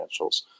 financials